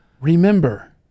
Remember